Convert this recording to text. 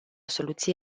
soluții